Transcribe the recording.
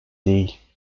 değil